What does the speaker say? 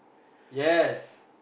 yes